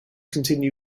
continue